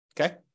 Okay